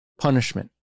punishment